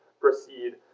proceed